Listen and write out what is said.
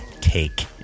take